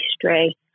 history